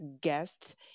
guests